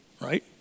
right